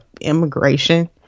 immigration